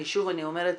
אני שוב אומרת,